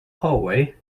hallway